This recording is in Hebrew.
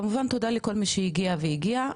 כמובן, תודה לכל מי שהגיעה והגיע,